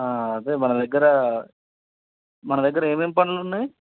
అదే మన దగ్గర మన దగ్గర ఏమేం పండ్లున్నాయి